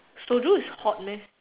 soju is hot meh